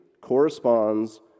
corresponds